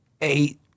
eight